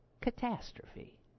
catastrophe